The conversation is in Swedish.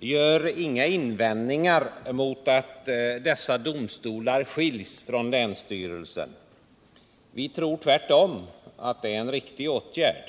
görs inga invändningar mot att dessa domstolar skiljs från länsstyrelsen. Vi tror tvärtom att det är en riktig åtgärd.